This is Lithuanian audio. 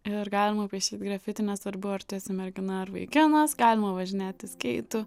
ir galima paišyt grafiti nesvarbu ar tu esi mergina ar vaikinas galima važinėti skeitu